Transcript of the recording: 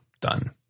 Done